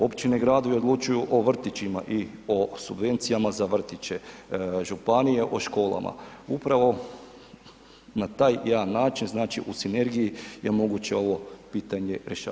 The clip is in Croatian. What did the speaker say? Općine i gradovi odlučuju o vrtićima i o subvencijama za vrtiće, županije o školama, upravo na taj jedan način, znači, u sinergiji je moguće ovo pitanje rješavati.